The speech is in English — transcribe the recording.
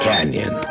Canyon